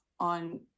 on